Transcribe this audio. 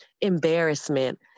embarrassment